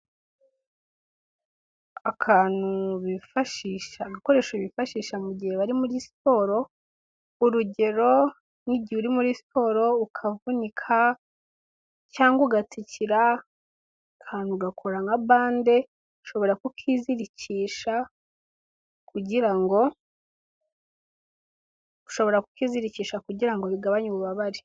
Akantu bifashisha, agakoresho bifashisha mu gihe bari muri siporo, urugero n'igihe uri muri siporo ukavunika cyangwa ugatsikira, aka kantu gakora nka bande ushobora kukizirikisha, kugirango ushobora kukizirikisha kugira ngo ugabanye ububabare.